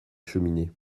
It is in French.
cheminée